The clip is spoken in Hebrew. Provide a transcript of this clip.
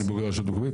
אני בוגר רשות מקומית,